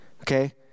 okay